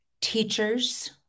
teachers